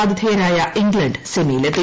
ആതിഥേയരായ ഇംഗ്ലണ്ട് സെമിയിലെത്തി